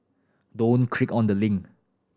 don't click on the link